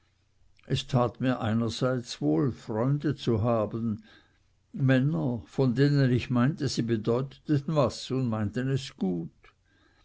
es tat mir einerseits wohl freunde zu haben männer von denen ich meinte sie bedeuteten was und meinten es gut